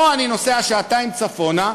פה אני נוסע שעתיים צפונה,